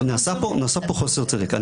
נעשה פה חוסר צדק,